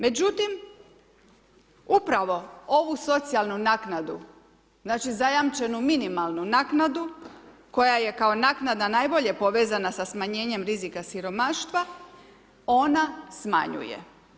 Međutim, upravo ovu socijalnu naknadu, znači, zajamčenu minimalnu naknadu koja je kao naknada najbolje povezana sa smanjenjem rizika siromaštva, ona smanjuje.